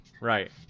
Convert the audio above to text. right